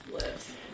lives